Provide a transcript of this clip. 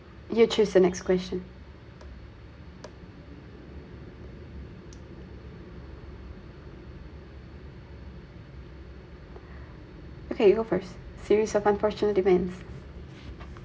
you choose the next question okay you go first series of unfortunate events